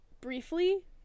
briefly